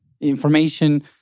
information